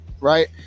right